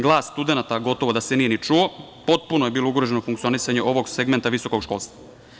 Glas studenata gotovo da se nije ni čuo, potpuno je bilo ugroženo funkcionisanje ovog segmenta visokog školstva.